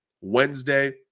Wednesday